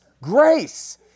grace